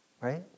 right